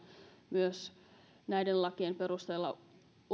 myös muiden lakien perusteella